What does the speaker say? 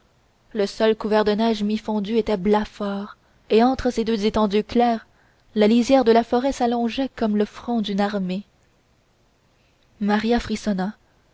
le sol couvert de neige mi fondue était blafard et entre ces deux étendues claires la lisière de la forêt s'allongeait comme le front d'une armée maria frissonna